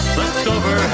leftover